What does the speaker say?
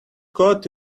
coat